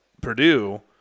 Purdue